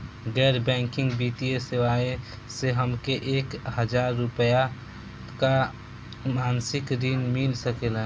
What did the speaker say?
गैर बैंकिंग वित्तीय सेवाएं से हमके एक हज़ार रुपया क मासिक ऋण मिल सकेला?